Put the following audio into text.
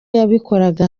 yabikoraga